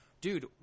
dude